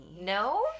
No